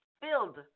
filled